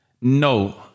No